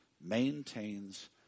maintains